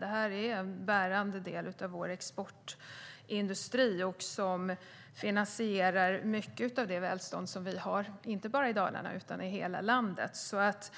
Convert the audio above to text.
Det här är en bärande del av vår exportindustri som finansierar mycket av det välstånd vi har, inte bara i Dalarna utan i hela landet. Det är alltså